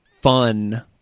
fun